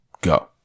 Go